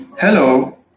Hello